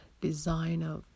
designer